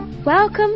Welcome